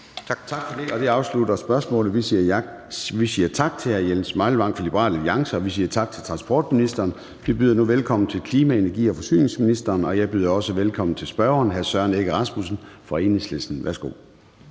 Tak for det. Det afslutter spørgsmålet, så vi siger tak til hr. Jens Meilvang fra Liberal Alliance og til transportministeren. Jeg byder nu velkommen til klima-, energi- og forsyningsministeren og til spørgeren, hr. Søren Egge Rasmussen fra Enhedslisten Kl.